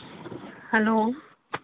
hello